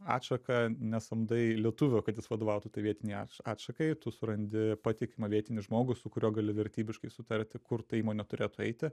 atšaką nesamdai lietuvio kad jis vadovautų tai vietinei atša atšakai tu surandi patikimą vietinį žmogų su kuriuo gali vertybiškai sutarti kur ta įmonė turėtų eiti